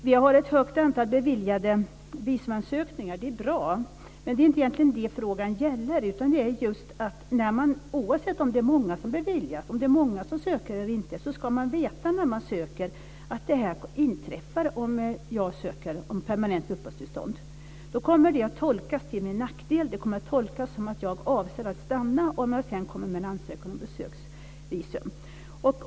Vi har ett högt antal beviljade visumansökningar. Det är bra, men det är egentligen inte det frågan gäller. Oavsett om det är många som beviljas eller oavsett om det är många som söker ska man veta när man söker att detta inträffar om man söker om permanent uppehållstillstånd, att det kommer att tolkas till ens nackdel. Det kommer att tolkas som att jag avser att stanna om jag sedan kommer med en ansökan om ett besöksvisum.